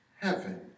heaven